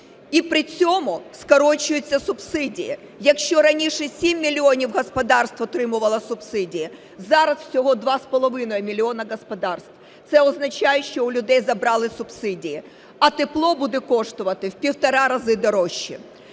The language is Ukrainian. і при цьому скорочуються субсидії. Якщо раніше 7 мільйонів господарств отримувало субсидії, зараз всього 2,5 мільйона господарств. Це означає, що у людей забрали субсидії, а тепло буде коштувати в півтора разу дорожче.